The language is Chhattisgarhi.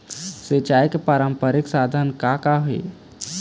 सिचाई के पारंपरिक साधन का का हे?